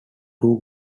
two